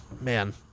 man